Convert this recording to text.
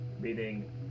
meaning